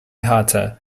hatta